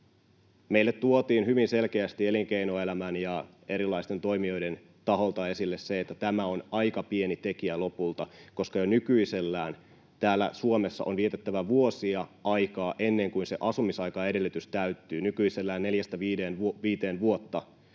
Meille tuotiin hyvin selkeästi elinkeinoelämän ja erilaisten toimijoiden taholta esille se, että tämä on aika pieni tekijä lopulta, koska jo nykyisellään täällä Suomessa on vietettävä vuosia aikaa, ennen kuin se asumisaikaedellytys täyttyy, nykyisellään neljästä viiteen vuotta,